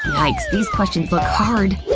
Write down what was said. yikes, these questions look hard!